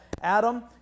Adam